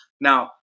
Now